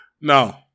No